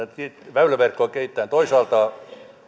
väyläverkkoa kehitetään toisaalta